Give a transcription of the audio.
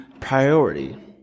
priority